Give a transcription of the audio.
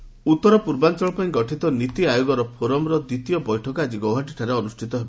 ନୀତି ଆୟୋଗ ଉତ୍ତର ପୂର୍ବାଞ୍ଚଳ ପାଇଁ ଗଠିତ ନୀତି ଆୟୋଗ ଫୋରମ୍ର ଦ୍ୱିତୀୟ ବୈଠକ ଆଜି ଗୌହାଟୀଠାରେ ଅନୁଷ୍ଠିତ ହେବ